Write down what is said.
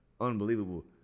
unbelievable